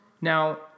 Now